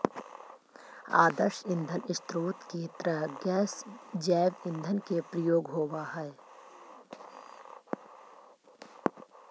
आदर्श ईंधन स्रोत के तरह गैस जैव ईंधन के प्रयोग होवऽ हई